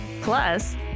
Plus